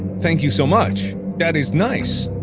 thank you so much! that is nice!